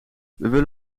willen